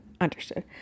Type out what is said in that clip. Understood